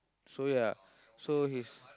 so ya so he's